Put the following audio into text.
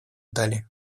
далее